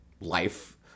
life